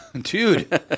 Dude